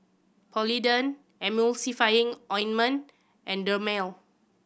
Polident Emulsying Ointment and Dermale